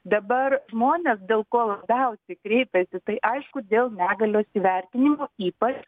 dabar žmonės dėl ko labiausiai kreipėsi tai aišku dėl negalios įvertinimo ypač